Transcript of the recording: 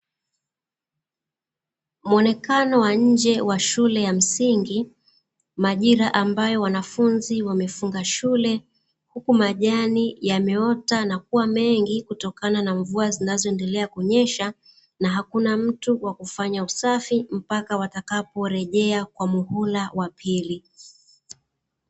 Muonekano wa njee wa shule ya msingi majira ambayo wanafunzi wamefunga shule huku majani yameota na kuwa mengi kutokana na mvua zinazoendelea kunyesha na hakuna mtu wa kufanya usafi mpaka watakaporejea kwa muhula wa pili.